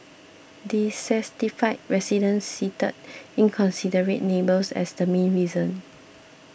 dissatisfied residents cited inconsiderate neighbours as the main reason